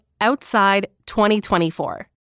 OUTSIDE2024